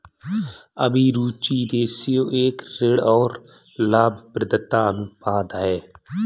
अभिरुचि रेश्यो एक ऋण और लाभप्रदता अनुपात है